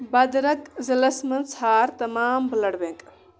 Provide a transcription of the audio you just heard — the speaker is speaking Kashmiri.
بدرَک ضلعس مَنٛز ژھانٛڈ تمام بلڈ بینک